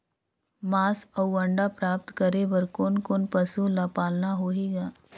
मांस अउ अंडा प्राप्त करे बर कोन कोन पशु ल पालना होही ग?